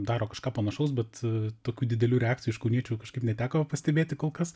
daro kažką panašaus bet tokių didelių reakcijų iš kauniečių kažkaip neteko pastebėti kol kas